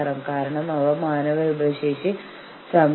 അത് ഞങ്ങൾ കാര്യമാക്കുന്നില്ലെന്ന് യൂണിയൻ അംഗങ്ങൾ പറയുന്നു